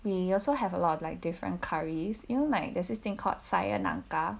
we also have a lot of like different curries you know like there's this thing called saya nangka